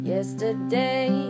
Yesterday